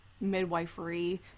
midwifery